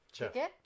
Okay